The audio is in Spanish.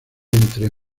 entre